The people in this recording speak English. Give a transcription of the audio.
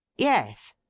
yes,